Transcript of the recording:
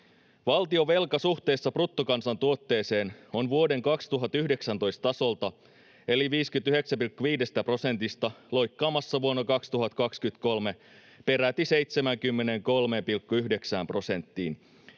Valtionvelka suhteessa bruttokansantuotteeseen on loikkaamassa vuoden 2019 tasolta eli 59,5 prosentista vuonna 2023 peräti 73,9 prosenttiin.